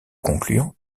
concluant